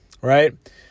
right